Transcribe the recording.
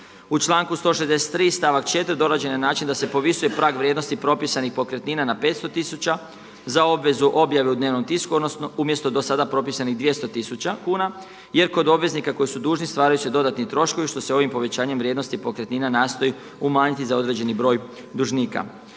U članku 163. stavak 4 dorađen je na način da se povisuje prag vrijednosti propisanih pokretnina na 500 tisuća za obvezu objave u dnevnom tisku, odnosno umjesto do sada propisanih 200 tisuća kuna, jer kod obveznika koji su dužni stvaraju se dodatni troškovi što se ovim povećanjem vrijednosti pokretnina nastoji umanjiti za određeni broj dužnika.